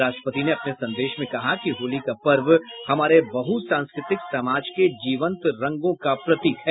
राष्ट्रपति ने अपने संदेश में कहा कि होली का पर्व हमारे बहुसांस्कृतिक समाज के जीवंत रंगों का प्रतीक है